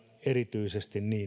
erityisesti